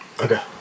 Okay